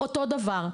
אותו דבר.